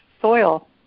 soil